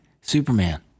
Superman